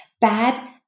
Bad